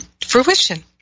fruition